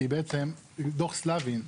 כי בעצם דו"ח סלבין,